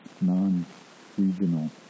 non-regional